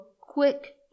quick